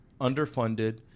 underfunded